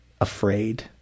afraid